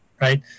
right